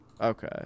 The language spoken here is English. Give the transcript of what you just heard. Okay